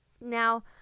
Now